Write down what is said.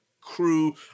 crew